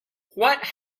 what